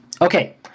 Okay